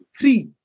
three